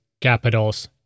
Capitals